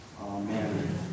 Amen